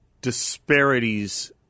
disparities